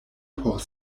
por